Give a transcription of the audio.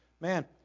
Man